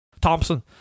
Thompson